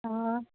অঁ